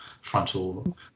frontal